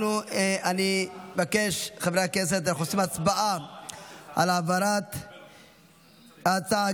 אנחנו עושים הצבעה על העברת ההצעה,